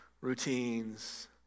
routines